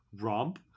romp